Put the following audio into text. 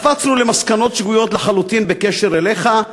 קפצנו למסקנות שגויות לחלוטין בקשר אליך.